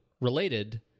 related